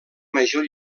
major